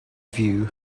view